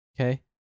Okay